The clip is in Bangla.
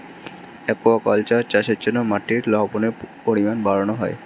অ্যাকুয়াকালচার চাষের জন্য মাটির লবণের পরিমাণ বাড়ানো হয়